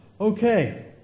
Okay